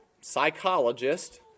psychologist